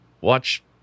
watch